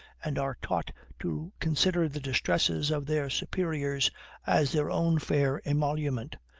and are taught to consider the distresses of their superiors as their own fair emolument.